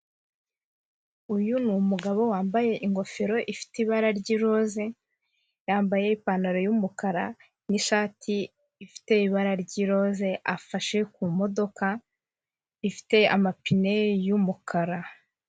Uyu ni numugabo wambaye ingofero ifite ibara ry'iroze, yambaye ipantaro y'umukara n'ishati ifite ibara ry'iroze, afashe ku modoka ifite amapine y'umukara.